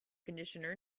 conditioner